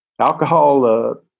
Alcohol